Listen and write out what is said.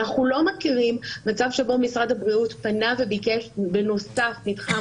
אנחנו לא מכירים מצב שבו משרד הבריאות פנה וביקש בנוסף מתחם